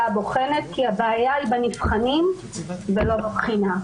הבוחנת כי הבעיה היא בנבחנים ולא בבחינה.